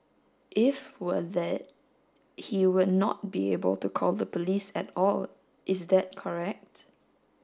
if were dead he would not be able to call the police at all is that correct